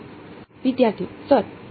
વિદ્યાર્થી સર